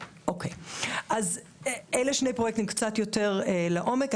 אלה שני פרויקטים קצת יותר לעומק.